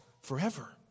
forever